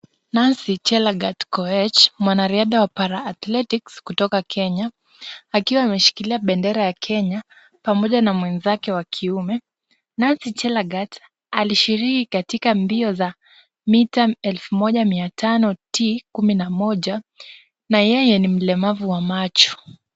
Nancy Chelagat Koech mwanariadha wa paraathletics kutoka Kenya, akiwa ameshikilia bendera ya Kenya pamoja na mwenzake wa kiume. Nancy Chelagat alishiriki katika mbio za mita elfu moja mia tano T kumi na moja na yeye ni mlemavu wa macho.